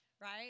Right